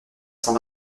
cent